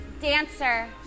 Dancer